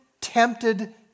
tempted